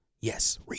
Yes